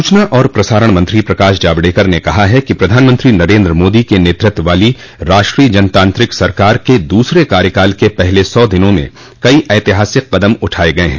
सूचना और प्रसारण मंत्री प्रकाश जावड़ेकर ने कहा है कि प्रधानमंत्री नरेन्द्र मोदी के नेतृत्व वाली राष्ट्रीय जनतांत्रिक सरकार के दूसरे कार्यकाल के पहले सौ दिनों में कई ऐतिहासिक कदम उठाये गये हैं